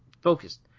focused